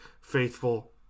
faithful